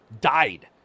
Died